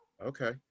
Okay